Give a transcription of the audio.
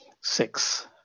Six